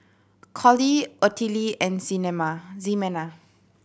Collie Ottilie and Ximena